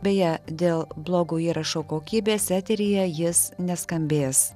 beje dėl blogo įrašo kokybės eteryje jis neskambės